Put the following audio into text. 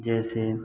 जैसे